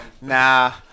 Nah